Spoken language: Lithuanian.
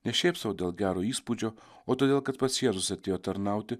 ne šiaip sau dėl gero įspūdžio o todėl kad pats jėzus atėjo tarnauti